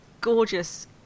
gorgeous